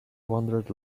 wandered